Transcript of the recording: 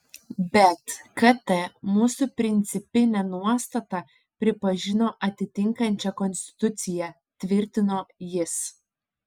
bet kt mūsų principinę nuostatą pripažino atitinkančia konstituciją tvirtino jis